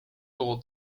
bowl